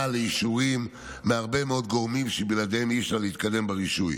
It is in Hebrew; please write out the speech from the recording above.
לאישורים מהרבה מאוד גורמים שבלעדיהם אי-אפשר להתקדם ברישוי.